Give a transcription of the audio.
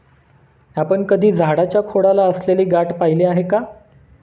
आपण कधी झाडाच्या खोडाला असलेली गाठ पहिली आहे का?